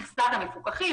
מכסה למפוקחים,